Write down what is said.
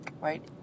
right